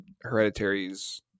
Hereditary's